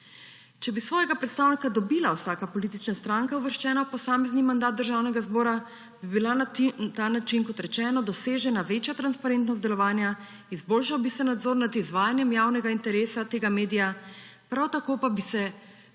Če bi svojega predstavnika dobila vsaka politična stranka, uvrščena v posamezni mandat Državnega zbora, bi bila na ta način, kot rečeno, dosežena večja transparentnost delovanja, izboljšal bi se nadzor nad izvajanjem javnega interesa tega medija, prav tako pa bi se